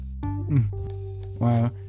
Wow